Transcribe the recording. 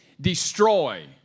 destroy